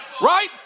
Right